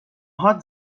هات